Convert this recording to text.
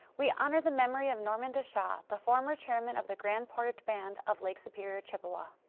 we honor the memory of norman deschampe, the former chairman of the grand portage band of lake superior, chippewa.